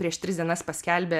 prieš tris dienas paskelbė